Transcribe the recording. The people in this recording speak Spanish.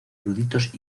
eruditos